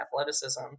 athleticism